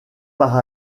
par